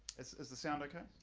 is the sound okay?